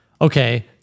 okay